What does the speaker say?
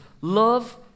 love